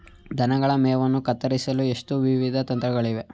ದನಗಳ ಮೇವನ್ನು ಕತ್ತರಿಸಲು ಎಷ್ಟು ವಿಧದ ಯಂತ್ರಗಳಿವೆ?